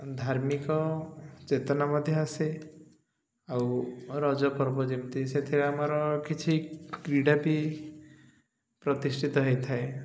ଧାର୍ମିକ ଚେତନା ମଧ୍ୟ ଆସେ ଆଉ ରଜ ପର୍ବ ଯେମିତି ସେଥିରେ ଆମର କିଛି କ୍ରୀଡ଼ା ବି ପ୍ରତିଷ୍ଠିତ ହେଇଥାଏ